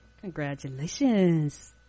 congratulations